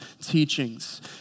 teachings